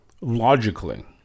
logically